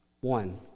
One